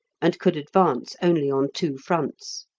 and could advance only on two fronts.